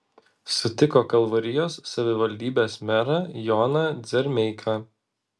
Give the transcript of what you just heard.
sutiko kalvarijos savivaldybės merą joną dzermeiką